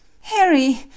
Harry